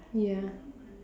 ya